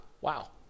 Wow